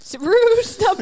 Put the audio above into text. Ruse